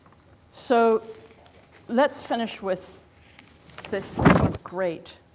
so let's finish with this great,